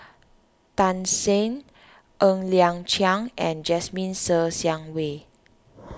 Tan Shen Ng Liang Chiang and Jasmine Ser Xiang Wei